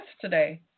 today